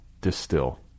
distill